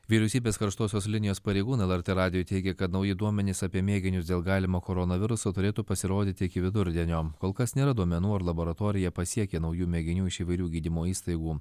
vyriausybės karštosios linijos pareigūnai lrt radijui teigė kad nauji duomenys apie mėginius dėl galimo koronaviruso turėtų pasirodyti iki vidurdienio kol kas nėra duomenų ar laboratorija pasiekė naujų mėginių iš įvairių gydymo įstaigų